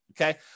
okay